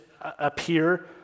appear